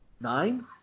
Nine